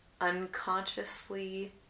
unconsciously